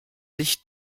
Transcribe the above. licht